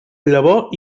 llavor